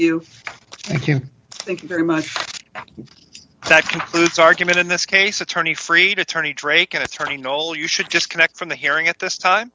you thank you very much that concludes argument in this case attorney freed attorney tracon attorney and all you should just connect from the hearing at this time